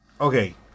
okay